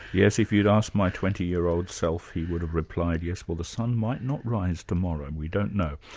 yes, if you'd asked my twenty year old self, he would have replied, yes, well the sun might not rise tomorrow, we don't know.